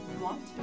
want